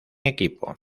equipo